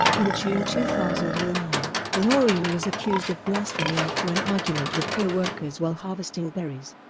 in june two thousand and nine, noreen was accused of blasphemy after an argument with co-workers while harvesting berries.